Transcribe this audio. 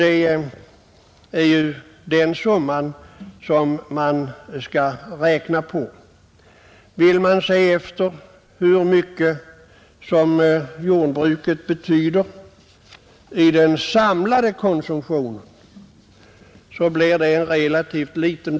Det är den summan som man skall räkna på. Vill man se efter hur mycket jordbruket betyder i den samlade konsumtionen finner man att det är relativt litet.